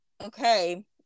Okay